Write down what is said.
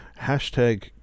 Hashtag